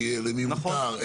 למי מותר,